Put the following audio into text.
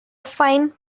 fine